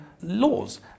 laws